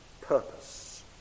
purpose